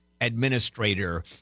administrator